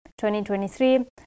2023